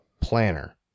planner